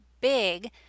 big